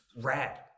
rad